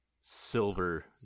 silver